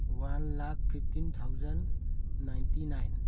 one lakh fifteen thousand ninety nine